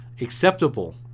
acceptable